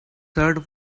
heart